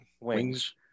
Wings